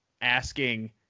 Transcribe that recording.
asking